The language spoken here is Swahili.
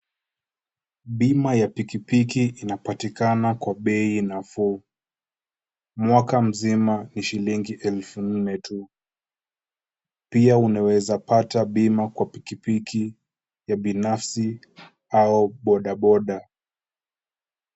Bima ya pikipiki inapatikana kwa bei nafuu. Mwaka mzima ni shilingi elfu nne tu. Pia unaweza pata bima kwa pikipiki ya binafsi au bodaboda.